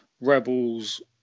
Rebels